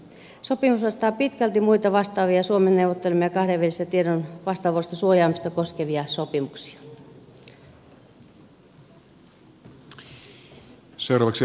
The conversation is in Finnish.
sopimus vastaa pitkälti muita vastaavia suomen neuvottelemia kahdenvälisen tiedon vastavuoroista suojaamista koskevia sopimuksia